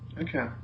Okay